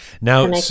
Now